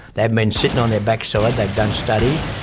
they haven't been sitting on their backside, they're done studies,